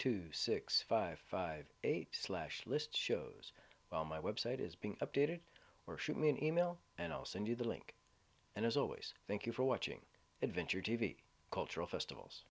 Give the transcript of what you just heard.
two six five five eight slash list shows well my website is being updated or shoot me an email and i'll send you the link and as always thank you for watching adventure t v cultural festivals